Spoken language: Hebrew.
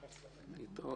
כן, ודאי.